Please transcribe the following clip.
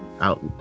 out